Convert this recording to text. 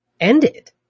ended